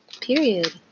Period